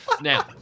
Now